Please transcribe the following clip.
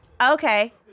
Okay